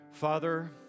Father